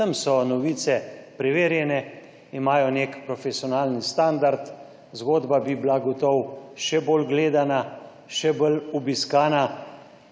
Tam so novice preverjene, imajo nek profesionalni standard, zgodba bi bila gotovo še bolj gledana, še bolj obiskana,